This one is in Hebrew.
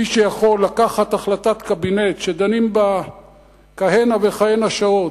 מי שיכול לקחת החלטת קבינט שדנים בה כהנה וכהנה שעות